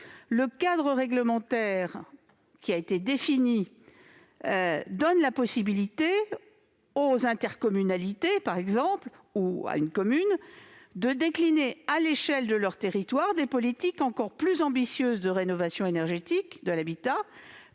le cadre réglementaire qui a été défini donne la possibilité aux intercommunalités ou à une commune de décliner à l'échelle du territoire des politiques encore plus ambitieuses de rénovation énergétique de l'habitat